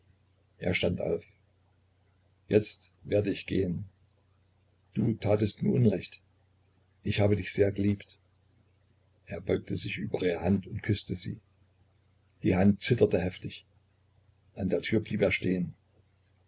er stand auf jetzt werd ich gehen du tatest mir unrecht ich habe dich sehr geliebt er beugte sich über ihre hand und küßte sie die hand zitterte heftig an der tür blieb er stehen